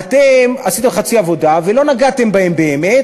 עשיתם חצי עבודה ולא נגעתם בהם באמת.